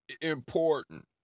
important